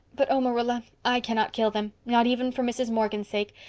but oh, marilla, i cannot kill them. not even for mrs. morgan's sake.